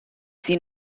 sie